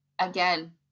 again